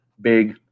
big